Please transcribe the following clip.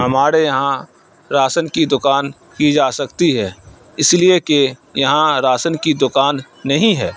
ہمارے یہاں راشن کی دکان کی جا سکتی ہے اس لیے کہ یہاں راشن کی دکان نہیں ہے